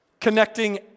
Connecting